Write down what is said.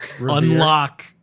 unlock